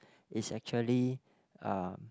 it's actually uh